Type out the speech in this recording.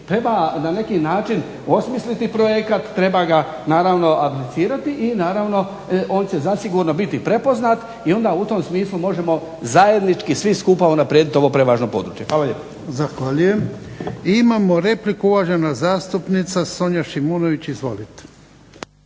Treba na neki način osmisliti projekat, treba ga naravno aplicirati i naravno on će zasigurno biti prepoznat i onda u tom smislu možemo zajednički svi skupa unaprijediti ovo prevažno područje. Hvala lijepo. **Jarnjak, Ivan (HDZ)** Zahvaljujem. I imamo repliku uvažena zastupnica Sonja Šimunović. Izvolite.